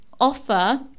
offer